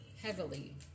heavily